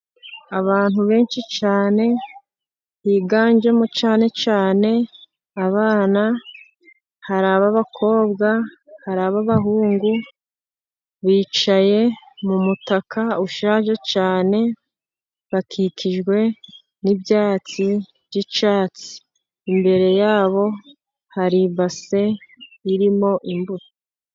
Abantu benshi cyane, biganjemo cyane cyane abana, hari abakobwa, abahungu, bicaye mu mutaka ushaje cyane, bakikijwe n'ibyatsi by'icatsi, imbere yabo hari ibase irimo imbuto.